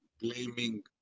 blaming